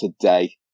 today